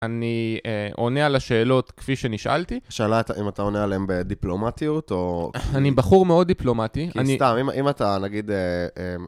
אני עונה על השאלות כפי שנשאלתי. השאלה הייתה אם אתה עונה עליהן בדיפלומטיות או... אני בחור מאוד דיפלומטי. כי סתם, אם אתה, נגיד...